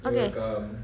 okay